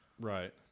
Right